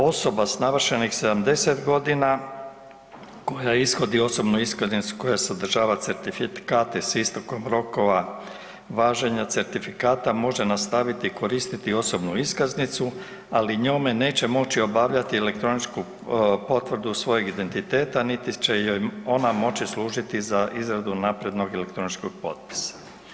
Osoba s navršenih 70 godina koja ishodi osobnu iskaznicu koja sadržava certifikate s istekom rokova važenja certifikata može nastaviti koristiti osobnu iskaznicu, ali njome neće moći obavljati elektroničku potvrdu svojeg identiteta niti će joj ona moći služiti za izradu naprednog elektroničkog potpisa.